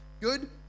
good